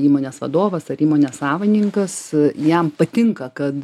įmonės vadovas ar įmonės savininkas jam patinka kad